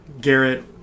Garrett